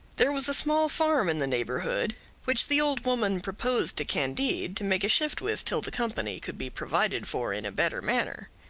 there was a small farm in the neighbourhood which the old woman proposed to candide to make a shift with till the company could be provided for in a better manner.